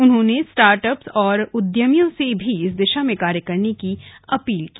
उन्होंने स्टार्टअप्स और उद्यमियों से भी इस दिशा में कार्य करने की अपील की